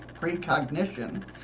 precognition